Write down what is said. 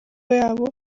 yabo